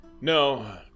No